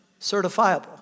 certifiable